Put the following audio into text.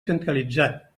centralitzat